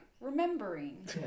remembering